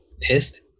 pissed